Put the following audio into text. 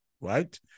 right